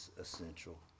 essential